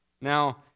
Now